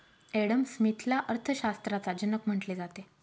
Adam स्मिथला अर्थशास्त्राचा जनक म्हटले जाते